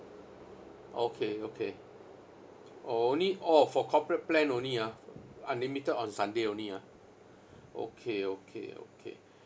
okay okay orh only orh for corporate plan only ah for unlimited on sunday only ah okay okay okay